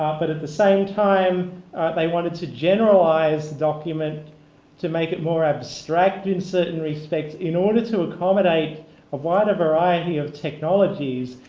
um but at the same time they wanted to generalize the document to make it more abstract in certain respects in order to accommodate a wider variety of technologies,